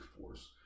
force